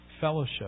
fellowship